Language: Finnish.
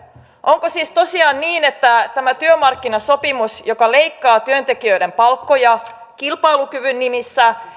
onko siis tosiaan niin että tämä työmarkkinasopimus joka leikkaa työntekijöiden palkkoja kilpailukyvyn nimissä